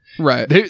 Right